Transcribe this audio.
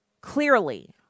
clearly